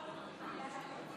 רגע, אולי יש עוד